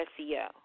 SEO